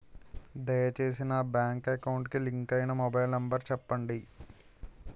దయచేసి నా bank account కి లింక్ అయినా మొబైల్ నంబర్ చెప్పండి